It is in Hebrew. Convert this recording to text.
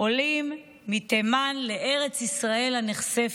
עולים מתימן לארץ ישראל הנכספת.